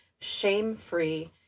shame-free